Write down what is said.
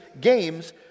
games